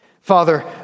Father